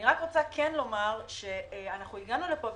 אני רק רוצה לומר שאנחנו הגענו לפה